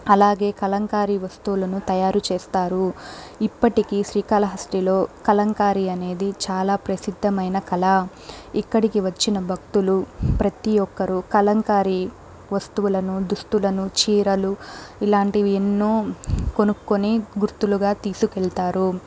అలాగే కలంకారీ వస్తువులను తయారు చేస్తారు ఇప్పటికి శ్రీకాళహస్తిలో కలంకారీ అనేది చాలా ప్రసిద్ధమైన కళ ఇక్కడికి వచ్చిన భక్తులు ప్రతి ఒక్కరు కలంకారీ వస్తువులను దుస్తులను చీరలు ఇలాంటివి ఎన్నో కొనుకోని గుర్తులుగా తీసుకు వెళ్తారు